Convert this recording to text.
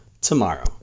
tomorrow